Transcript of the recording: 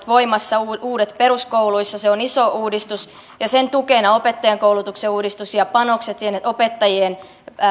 voimassa muun muassa uudet opetussuunnitelmat se on iso uudistus ja sen tukena on opettajankoulutuksen uudistus ja panokset sinne opettajien